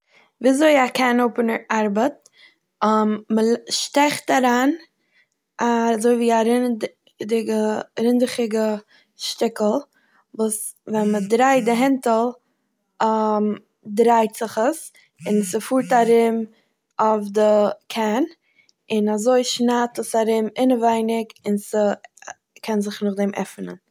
ווי אזוי א קען אופענער ארבעט, מ'לי- מ'שטעכט אריין אזוי ווי א רינעדיגע- רונדעכיגע שטיקל וואס ווען מ'דרייט די הענטל דרייט זיך עס און ס'פארט ארום אויף די קען און אזוי שנייד עס ארום אינעווייניג און ס'קען זיך נאכדעם עפענען.